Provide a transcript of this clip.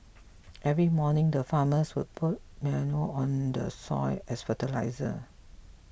every morning the farmers would put manure on the soil as fertiliser